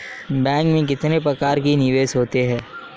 Bank में कितने प्रकार के निवेश होते हैं?